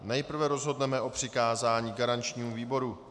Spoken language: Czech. Nejprve rozhodneme o přikázání garančnímu výboru.